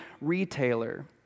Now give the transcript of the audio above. retailer